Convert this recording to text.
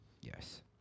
Yes